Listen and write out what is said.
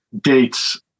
dates